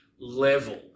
level